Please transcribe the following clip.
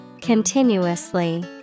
Continuously